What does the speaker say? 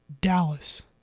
Dallas